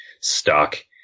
stuck